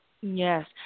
Yes